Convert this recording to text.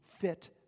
fit